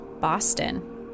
Boston